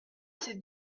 ses